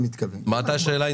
מה הייתה השאלה?